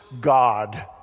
God